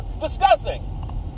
discussing